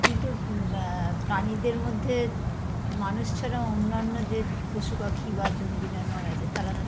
কিন্তু প্রাণীদের মধ্যে মানুষ ছাড়া অন্যান্য যে পশু পাখি বা জন্তু জানোয়ার আছে তারা